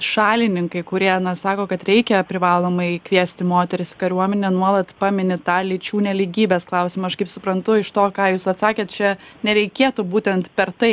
šalininkai kurie na sako kad reikia privalomai kviesti moteris į kariuomenę nuolat pamini tą lyčių nelygybės klausimą aš kaip suprantu iš to ką jūs atsakėt čia nereikėtų būtent per tai